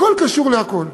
הכול קשור לכול.